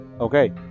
Okay